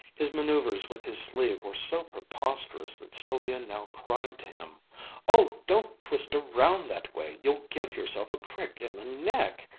his manoeuvers with his sleeve were so preposterous that sylvia now cried to him oh, don't twist around that way. you'll give yourself a crick in the neck.